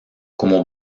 como